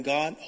God